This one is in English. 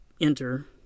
enter